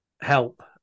help